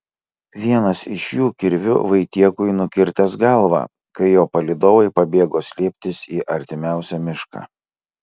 vienas iš jų kirviu vaitiekui nukirtęs galvą kai jo palydovai pabėgo slėptis į artimiausią mišką